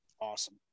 Awesome